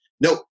nope